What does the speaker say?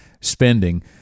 spending